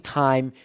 time